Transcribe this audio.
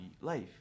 life